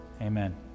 amen